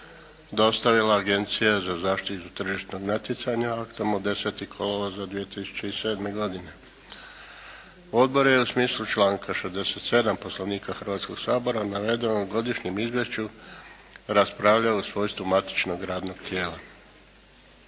dostavila Agencija za zaštitu tržišnog natjecanja aktom od 10. kolovoza 2007. godine. Odbor je u smislu članka 67. Poslovnika Hrvatskoga sabora navedenom godišnjem Izvješću raspravljalo u svojstvu matičnog radnog tijela.